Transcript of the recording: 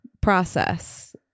process